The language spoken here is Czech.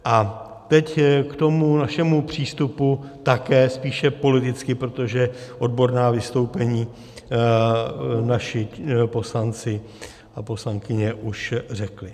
A teď k tomu našemu přístupu také spíše politicky, protože odborná vystoupení naši poslanci a poslankyně už řekli.